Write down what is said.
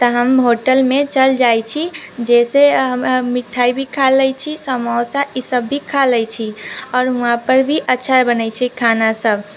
तऽ हम होटलमे चलि जाइत छी जाहिसँ हमरा मिठाइ भी खा लैत छी समोसा ईसभ भी खा लैत छी आओर हुआँपर भी अच्छा बनैत छै खानासभ